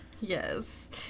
Yes